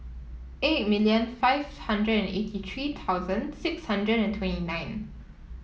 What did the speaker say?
eight million five hundred and eighty three thousand six hundred and twenty nine